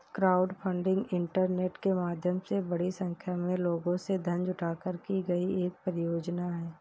crowdfunding internet के माध्यम से बड़ी संख्या में लोगों से धन जुटाकर की गई एक परियोजना है